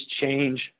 change